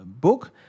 book